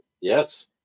Yes